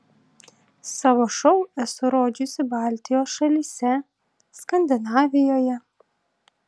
savo šou esu rodžiusi baltijos šalyse skandinavijoje